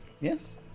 yes